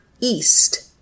East